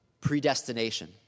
predestination